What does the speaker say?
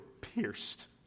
pierced